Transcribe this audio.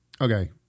Okay